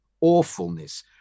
awfulness